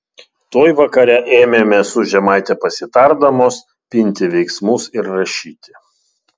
tuoj vakare ėmėme su žemaite pasitardamos pinti veiksmus ir rašyti